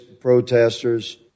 protesters